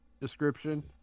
description